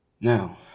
Now